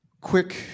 Quick